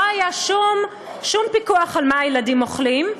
לא היה שום פיקוח על מה הילדים אוכלים.